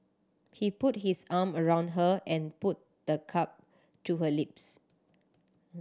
he put his arm around her and put the cup to her lips